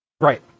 Right